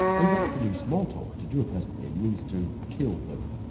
oh, that's the new small talk. to do a person in means to kill them.